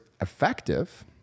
effective